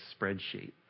spreadsheet